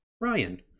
Ryan